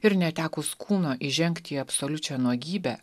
ir netekus kūno įžengti į absoliučią nuogybę